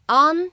on